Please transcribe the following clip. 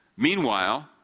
Meanwhile